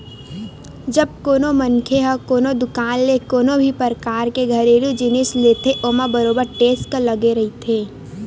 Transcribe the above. जब कोनो मनखे ह कोनो दुकान ले कोनो भी परकार के घरेलू जिनिस लेथे ओमा बरोबर टेक्स लगे रहिथे